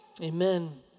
Amen